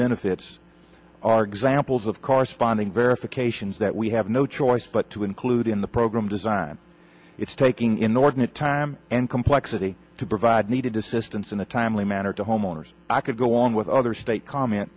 benefits are examples of corresponding verifications that we have no choice but to include in the program design it's taking inordinate time and complexity to provide needed assistance in a timely manner to homeowners i could go on with other state comment